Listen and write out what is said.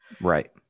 right